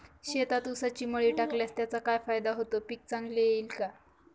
शेतात ऊसाची मळी टाकल्यास त्याचा काय फायदा होतो, पीक चांगले येईल का?